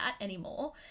anymore